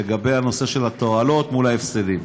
בנושא של התועלת מול ההפסדים.